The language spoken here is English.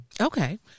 Okay